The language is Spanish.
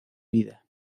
vida